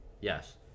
Yes